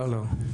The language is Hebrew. לא, לא.